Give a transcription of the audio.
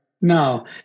No